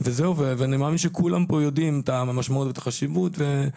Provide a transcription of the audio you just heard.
מאמין שכולם פה יודעים את המשמעות ואת החשיבות של הדברים.